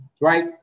right